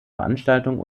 veranstaltung